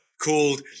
called